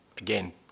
again